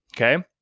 okay